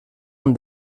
han